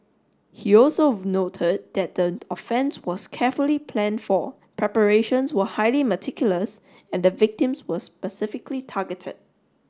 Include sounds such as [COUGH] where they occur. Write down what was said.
he also [UNINTELLIGIBLE] noted that the offence was carefully planned for preparations were highly meticulous and the victims were specifically targeted